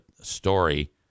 story